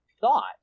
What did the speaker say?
thought